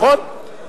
נכון?